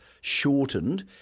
shortened